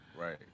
right